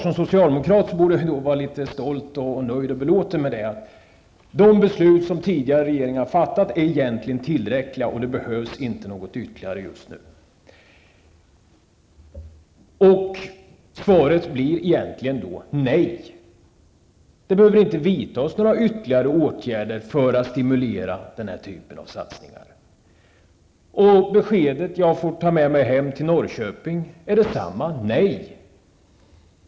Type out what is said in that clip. Som socialdemokrat borde jag vara stolt, nöjd och belåten över att de beslut som tidigare regeringar fattat egentligen är tillräckliga, det behövs inte något ytterligare just nu. Svaret blir då: Nej, det behöver inte vidtas några ytterligare åtgärder för att stimulera den här typen av satsningar. Det besked som jag får med mig hem till Norrköping är detsamma. Svaret är alltså nej.